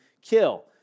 kill